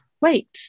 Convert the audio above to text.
wait